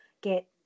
get